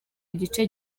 igice